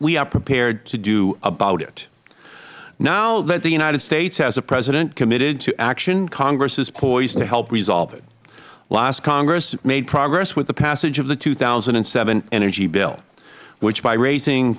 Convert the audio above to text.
we are prepared to do about it now that the united states has a president committed to action congress is poised to help resolve it last congress made progress with the passage of the two thousand and seven energy bill which by raising